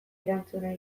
erantzuna